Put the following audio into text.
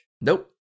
Nope